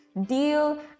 deal